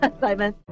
Simon